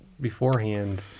beforehand